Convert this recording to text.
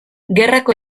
gerrako